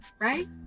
right